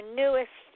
newest